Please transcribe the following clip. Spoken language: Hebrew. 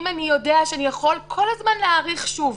אם אני יודע שאני יכול כל הזמן להאריך שוב,